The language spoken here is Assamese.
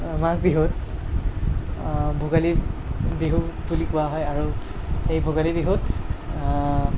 মাঘ বিহুক ভোগালী বিহু বুলি কোৱা হয় আৰু এই ভোগালী বিহুত